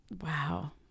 Wow